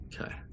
Okay